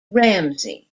ramsay